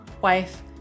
wife